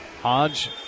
Hodge